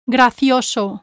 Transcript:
Gracioso